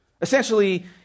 Essentially